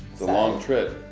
it's a long trip.